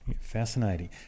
Fascinating